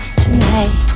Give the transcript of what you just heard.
tonight